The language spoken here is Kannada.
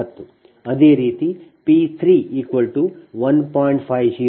ಅದೇ ರೀತಿ P31